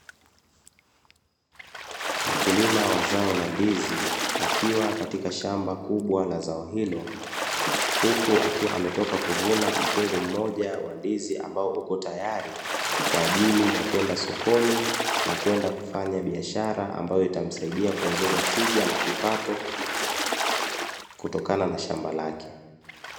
Mkulima wa zao la ndizi akiwa katika shamba kubwa la zao hilo; huku akiwa ametoka kuvuna mkungu mmoja wa ndizi ambao uko tayari, kwa ajili ya kwenda sokoni na kwenda kufanya biashara ambayo itamsaidia kuongeza tija na kipato kutokana na shamba lake.